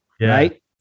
Right